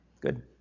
good